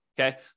okay